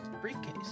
briefcase